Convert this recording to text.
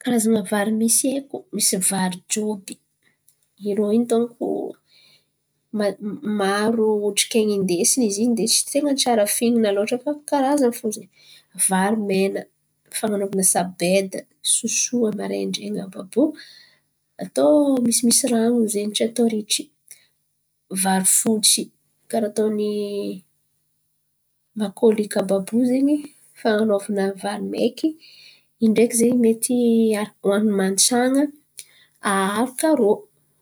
Karazan̈a vary misy haiko misy vary joby irô in̈y donko maro hotrik’ain̈y hidensiny izy de tsy tain̈a tsara fihin̈ana loatra zen̈y. Fa karazan̈y fo zen̈y vary mena fan̈anovana sabeda sosoa maraindrain̈y àby àby io. Atô misimisy ran̈o zen̈y tsy atô ritry, vary fo tsy karà ataony makôlika àby àby io fan̈anovana vary maiky in̈y ndraiky zen̈y mety oan̈iny mantsan̈a aharaka rô.